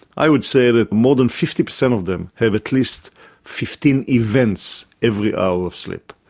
i would say that more than fifty percent of them have at least fifteen events every hour of sleep,